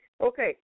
Okay